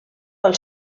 pel